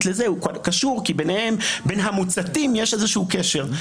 לזה הוא קשור כי בין המוצתים יש איזשהו קשר.